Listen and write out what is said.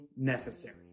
necessary